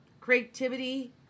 creativity